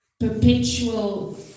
Perpetual